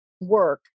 work